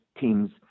teams